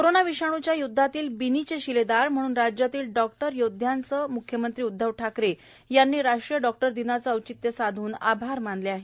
corona विषाण्च्या य्दधातील बिनीचे शिलेदार म्हणून राज्यातील डॉक्टर योदध्यांचे म्ख्यमंत्री उदधव ठाकरे यांनी राष्ट्रीय डॉक्टर दिनाचे औचित्य साधून आभार मानले आहेत